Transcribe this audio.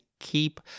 keep